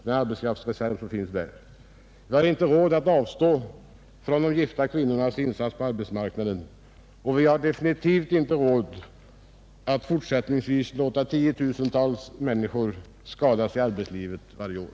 Vi har heller inte råd att avstå från de gifta kvinnornas insats på arbetsmarknaden, och vi har definitivt inte råd att fortsättningsvis låta tiotusentals människor skadas i arbetslivet varje år.